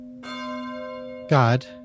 God